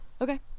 Okay